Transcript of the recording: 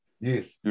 Yes